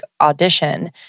audition